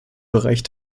bereich